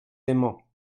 emañ